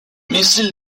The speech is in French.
missiles